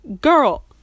girl